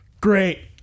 Great